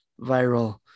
viral